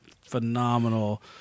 phenomenal